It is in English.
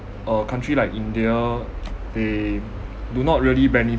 a country like india they do not really